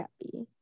happy